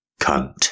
cunt